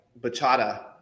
bachata